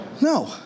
no